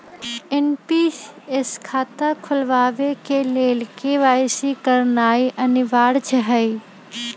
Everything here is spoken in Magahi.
एन.पी.एस खता खोलबाबे के लेल के.वाई.सी करनाइ अनिवार्ज हइ